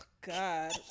God